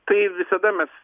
tai visada mes